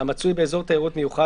המצוי באזור תיירות מיוחד,